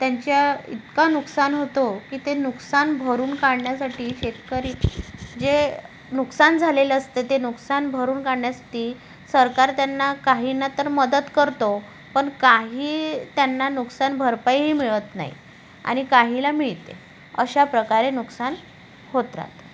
त्यांच्या इतका नुकसान होतो की ते नुकसान भरून काढण्यासाठी शेतकरी जे नुकसान झालेलं असतं ते नुकसान भरून काढण्यासाठी सरकार त्यांना काहींना तर मदत करतो पण काही त्यांना नुकसान भरपाईही मिळत नाही आणि काहीला मिळते अशा प्रकारे नुकसान होत राहतं